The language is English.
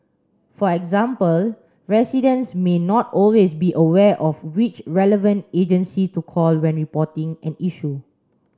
for example residents may not always be aware of which relevant agency to call when reporting an issue